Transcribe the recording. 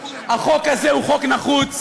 החוק הזה הוא חוק נחוץ,